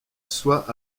soit